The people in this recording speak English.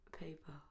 Paper